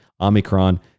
Omicron